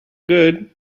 good